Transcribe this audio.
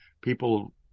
people